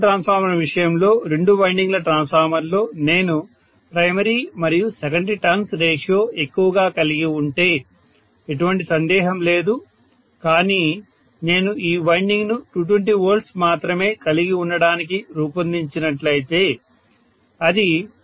auto transformer విషయంలో రెండు వైండింగ్ల ట్రాన్స్ఫార్మర్లో నేను ప్రైమరీ మరియు సెకండరీ టర్న్స్ రేషియో ఎక్కువగా కలిగి ఉంటే ఎటువంటి సందేహం లేదు కానీ నేను ఈ వైండింగ్ను 220 V మాత్రమే కలిగి ఉండటానికి రూపొందించినట్లయితే అది 2